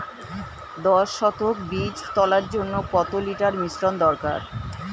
দশ শতক বীজ তলার জন্য কত লিটার মিশ্রন দরকার?